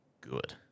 good